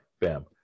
bam